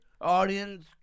audience